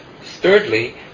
Thirdly